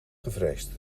gevreesd